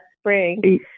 spring